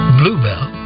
bluebell